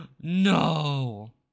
No